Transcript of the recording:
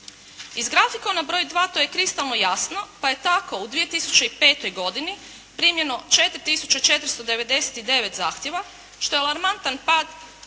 Iz grafikona broj dva to je kristalno jasno, pa je tako u 2005. godini primljeno 4 tisuće 499 zahtjeva što je alarmantan pad